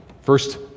First